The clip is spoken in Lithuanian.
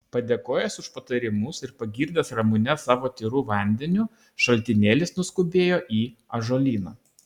padėkojęs už patarimus ir pagirdęs ramunes savo tyru vandeniu šaltinėlis nuskubėjo į ąžuolyną